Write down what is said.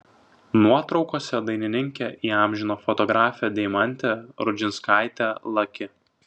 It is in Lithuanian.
nuotraukose dainininkę įamžino fotografė deimantė rudžinskaitė laki